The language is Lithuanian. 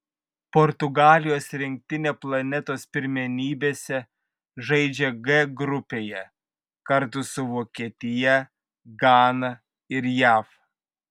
portugalijos rinktinė planetos pirmenybėse žaidžia g grupėje kartu su vokietija gana ir jav